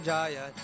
Jaya